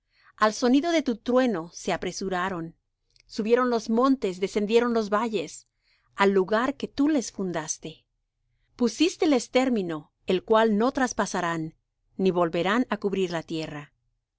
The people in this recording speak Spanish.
al sonido de tu trueno se apresuraron subieron los montes descendieron los valles al lugar que tú les fundaste pusísteles término el cual no traspasarán ni volverán á cubrir la tierra tú